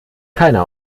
keiner